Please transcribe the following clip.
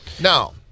Now